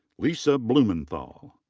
lisa blumenthal.